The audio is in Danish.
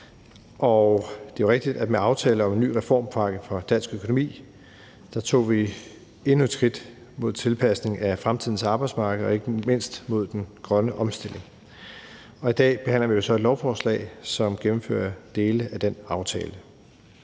Det er jo rigtigt, at vi med aftalen om en ny reformpakke for dansk økonomi tog endnu et skridt mod en tilpasning af fremtidens arbejdsmarked og ikke mindst mod den grønne omstilling. I dag behandler vi jo så et lovforslag, som gennemfører dele af den aftale.